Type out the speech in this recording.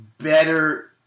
better